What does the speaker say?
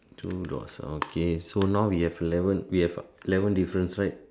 two so now we have eleven we have eleven differences right